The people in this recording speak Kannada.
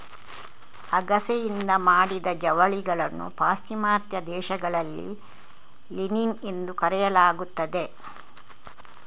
ಅಗಸೆಯಿಂದ ಮಾಡಿದ ಜವಳಿಗಳನ್ನು ಪಾಶ್ಚಿಮಾತ್ಯ ದೇಶಗಳಲ್ಲಿ ಲಿನಿನ್ ಎಂದು ಕರೆಯಲಾಗುತ್ತದೆ